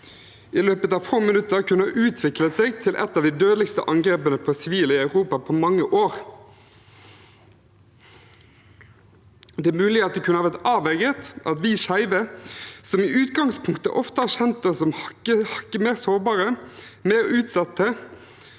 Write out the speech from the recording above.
i løpet av få minutter kunne ha utviklet seg til et av de dødeligste angrepene på sivile i Europa på mange år. Det er mulig at det kunne ha vært avverget at vi skeive, som i utgangspunktet ofte har kjent oss som hakket mer sårbare, mer utsatte